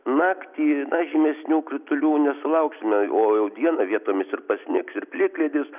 naktį žymesnių kritulių nesulauksime o jau dieną vietomis ir pasnigs ir plikledis